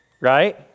right